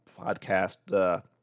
podcast